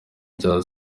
bya